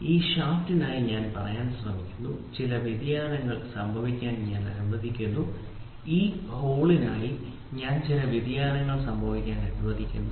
ഈ ഷാഫ്റ്റിനായി ഞാൻ പറയാൻ ശ്രമിക്കുന്നു ചില വ്യതിയാനങ്ങൾ സംഭവിക്കാൻ ഞാൻ അനുവദിക്കുന്നു ഈ ഹോൾനായി ഞാൻ ചില വ്യതിയാനങ്ങൾ സംഭവിക്കാൻ അനുവദിക്കുന്നു